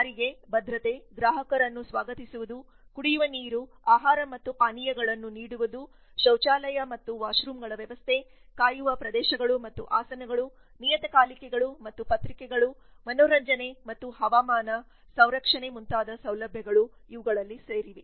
ಸಾರಿಗೆ ಭದ್ರತೆ ಗ್ರಾಹಕರನ್ನು ಸ್ವಾಗತಿಸುವುದು ಕುಡಿಯುವ ನೀರು ಆಹಾರ ಮತ್ತು ಪಾನೀಯಗಳನ್ನು ನೀಡುವುದು ಶೌಚಾಲಯ ಮತ್ತು ವಾಶ್ರೂಮ್ಗಳ ವ್ಯವಸ್ಥೆ ಕಾಯುವ ಪ್ರದೇಶಗಳು ಮತ್ತು ಆಸನಗಳು ನಿಯತಕಾಲಿಕೆಗಳು ಮತ್ತು ಪತ್ರಿಕೆಗಳು ಮನರಂಜನೆ ಮತ್ತು ಹವಾಮಾನ ಸಂರಕ್ಷಣೆ ಮುಂತಾದ ಸೌಲಭ್ಯಗಳು ಇವುಗಳಲ್ಲಿ ಸೇರಿವೆ